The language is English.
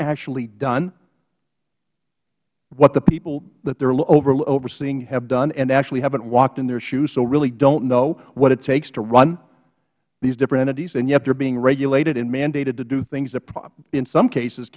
actually done what the people that they are overseeing have done and actually haven't walked in their shoes so really don't know what it takes to run these different entities and yet they are being regulated and mandated to do things that in some cases